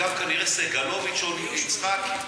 וגם כנראה סגלוביץ או יצחקי.